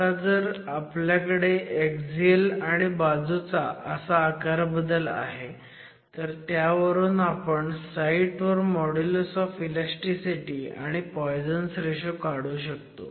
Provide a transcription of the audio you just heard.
आता जर आपल्याकडे एक्झिअल आणि बाजूचा असा आकारबदल आहे तर त्यावरून आपण साईट वर मॉड्युलस ऑफ इलॅस्टीसिटी आणि पॉयझन्स रेशो काढू शकतो